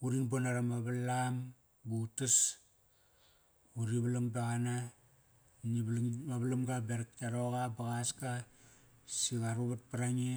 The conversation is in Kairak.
Urin bona rama valam ba utas. Ba uri valang beqana. Ngi valang gi valamga berak tka roqa ba qaska, si qa ruvat prange.